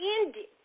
ended